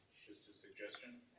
just a suggestion,